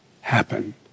happen